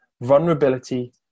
Vulnerability